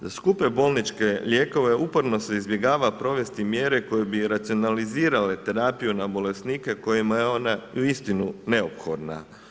Za skupe bolničke lijekove uporno se izbjegava provesti mjere koje bi racionalizirale terapiju na bolesnike kojima je ona uistinu neophodna.